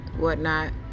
whatnot